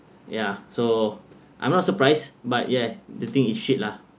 ya so I'm not surprised but yeah the thing is shit lah